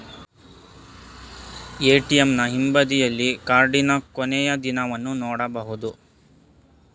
ಎ.ಟಿ.ಎಂನ ಹಿಂಬದಿಯಲ್ಲಿ ಕಾರ್ಡಿನ ಕೊನೆಯ ದಿನವನ್ನು ನೊಡಬಹುದು